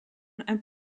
and